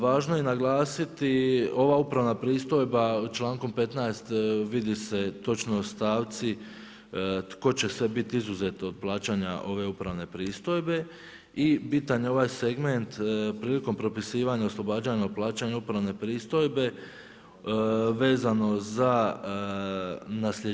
Važno je naglasiti, ova upravna pristojbe, čl. 15. vidi se točno stavci, tko će sve biti izuzev od plaćanja ove upravne pristojbe i bitan je ovaj segment, prilikom propisivanje, oslobađanja plaćanje upravne pristojbe, vezano za nasljeđivanja.